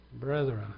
Brethren